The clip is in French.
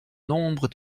nombre